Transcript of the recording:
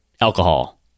alcohol